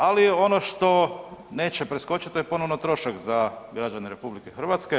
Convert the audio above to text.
Ali ono što neće preskočit, to je ponovno trošak za građane RH.